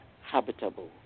habitable